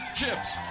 chips